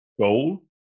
goal